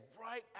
right